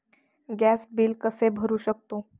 Gas bill कसे भरू शकतो?